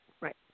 right